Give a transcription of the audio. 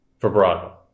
vibrato